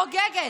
חוגגת.